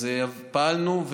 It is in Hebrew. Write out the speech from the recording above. אז פעלנו,